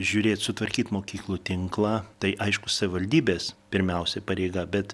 žiūrėt sutvarkyt mokyklų tinklą tai aišku savivaldybės pirmiausia pareiga bet